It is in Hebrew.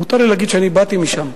מותר לי להגיד שבאתי משם.